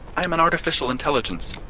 i am an artificial intelligence,